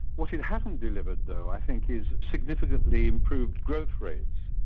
what you haven't delivered though i think is significantly improved growth rates.